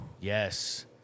yes